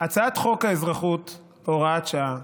הצעת חוק האזרחות (הוראת שעה)